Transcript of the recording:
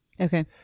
Okay